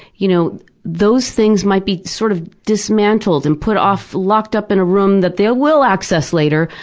you know those things might be sort of dismantled and put off, locked up in a room that they will access later,